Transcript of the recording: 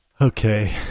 Okay